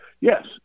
yes